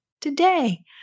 Today